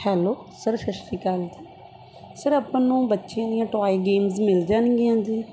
hello sir ਸਤਿ ਸ਼੍ਰੀ ਅਕਾਲ ਜੀ ਸਰ ਆਪਾਂ ਨੂੰ ਬੱਚਿਆਂ ਦੀਆਂ ਟੋਆਏ ਗੇਮਸ ਮਿਲ ਜਾਣਗੀਆਂ ਜੀ